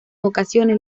ocasiones